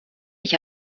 ich